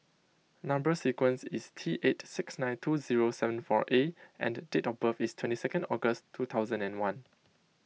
Number Sequence is T eight six nine two zero seven four A and date of is twenty second August two thousand and one